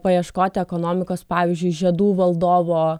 paieškoti ekonomikos pavyzdžiui žiedų valdovo